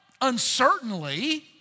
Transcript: uncertainly